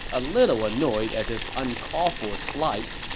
a little annoyed at this uncalled-for slight